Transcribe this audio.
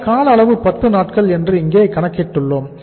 இந்த கால அளவு 10 நாட்கள் என்று இங்கே கணக்கிட்டுள்ளோம்